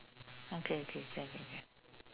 okay okay can can can